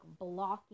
blocking